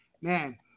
man